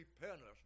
repentance